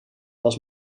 was